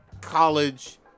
college